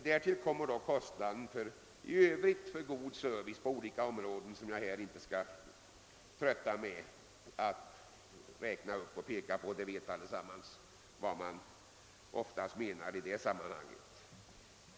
Därtill kommer övriga kostnader för god service på olika områden; jag skall inte trötta med någon uppräkning, eftersom alla känner till vad man i detta sammanhang oftast syftar på.